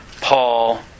Paul